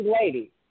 lady